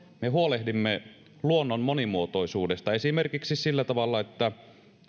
me huolehdimme luonnon monimuotoisuudesta esimerkiksi sillä tavalla että